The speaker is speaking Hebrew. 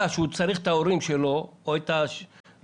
ויידע שהוא צריך את ההורים שלו או את חמותו,